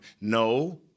No